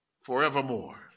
forevermore